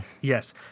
yes